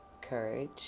courage